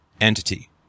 entity